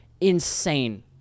Insane